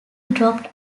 dropped